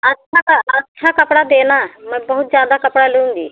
अच्छा का अच्छा कपड़ा देना मैं बहुत ज़्यादा कपड़ा लूँगी